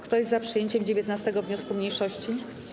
Kto jest za przyjęciem 19. wniosku mniejszości?